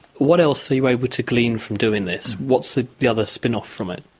what else are you able to glean from doing this? what's the the other spin-off from it?